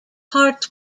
hearts